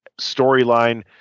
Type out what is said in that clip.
storyline